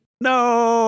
No